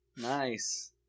Nice